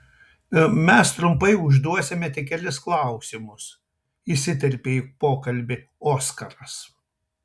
mes trumpai užduosime tik kelis klausimus įsiterpė į pokalbį oskaras